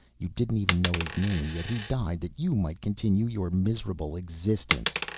you didn't even know his name yet he died that you might continue your miserable existence.